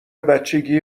بچگی